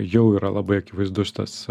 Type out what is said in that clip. jau yra labai akivaizdus šitas